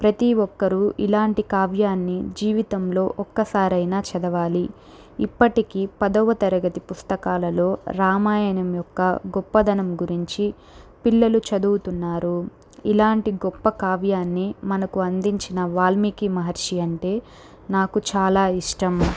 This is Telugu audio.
ప్రతి ఒక్కరు ఇలాంటి కావ్యాన్ని జీవితంలో ఒక్కసారి అయినా చదవాలి ఇప్పటికి పదవ తరగతి పుస్తకాలలో రామాయణం యొక్క గొప్పదనం గురించి పిల్లలు చదువుతున్నారు ఇలాంటి గొప్ప కావ్యాన్ని మనకు అందించిన వాల్మీకి మహర్షి అంటే నాకు చాలా ఇష్టం